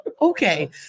Okay